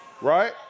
right